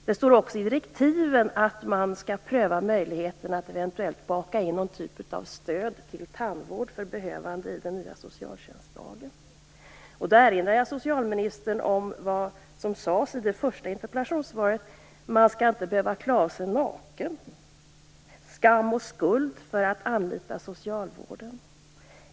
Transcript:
Det står också i direktiven att man skall pröva möjligheten att eventuellt baka in någon typ av stöd till tandvård för behövande i den nya socialtjänstlagen. Jag erinrar socialministern om vad som sades i det första interpellationssvaret, att man inte skall behöva "klä av sig naken" och uppleva skam och skuld för att anlita socialvården.